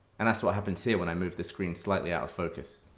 and that's what happens here when i move the screen slightly out of focus.